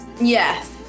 Yes